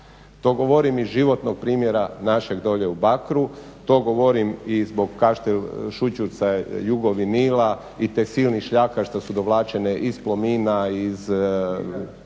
To govorim iz životnog primjera našeg dolje u Bakru, to govorim i zbog Kaštel Sućurca, Jugovinila i tih silnih šljaka što su dovlačene iz Plomina, pa